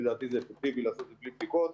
לדעתי זה אפקטיבי לעשות את זה בלי בדיקות.